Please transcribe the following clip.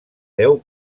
deu